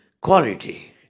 quality